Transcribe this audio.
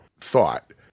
thought